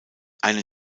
einen